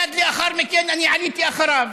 מייד לאחר מכן אני עליתי, אחריו.